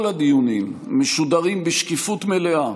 כל הדיונים משודרים בשקיפות מלאה,